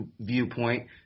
viewpoint